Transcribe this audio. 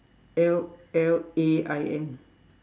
L L A I N